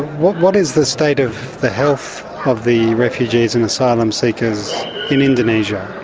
what what is the state of the health of the refugees and asylum seekers in indonesia?